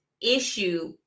issue